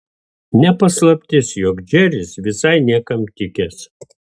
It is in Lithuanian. ne paslaptis jog džeris visai niekam tikęs